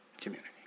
community